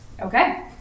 Okay